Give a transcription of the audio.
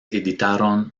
editaron